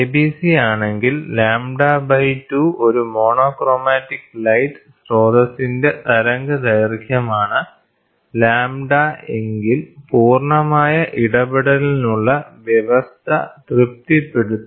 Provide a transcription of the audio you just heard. abc ആണെങ്കിൽ λ2 ഒരു monochromatic light സ്രോതസിന്റെ തരംഗദൈർഘ്യമാണ് ലാംഡ എങ്കിൽ പൂർണ്ണമായ ഇടപെടലിനുള്ള വ്യവസ്ഥ തൃപ്തിപ്പെടുത്തി